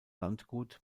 landgut